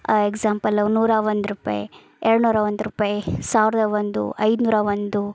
example ನೂರ ಒಂದು ರೂಪಾಯಿ ಎರಡುನೂರ ಒಂದು ರೂಪಾಯಿ ಸಾವಿರದ ಒಂದು ಐದುನೂರ ಒಂದು